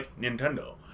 Nintendo